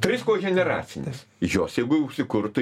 trys koheneracinės jos jeigu užsikurtų